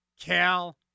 Cal